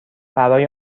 برای